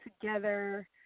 together